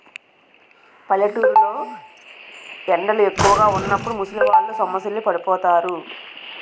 పల్లెటూరు లో ఎండలు ఎక్కువుగా వున్నప్పుడు ముసలివాళ్ళు సొమ్మసిల్లి పడిపోతారు